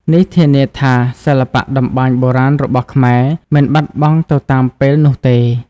នេះធានាថាសិល្បៈតម្បាញបុរាណរបស់ខ្មែរមិនបាត់បង់ទៅតាមពេលនោះទេ។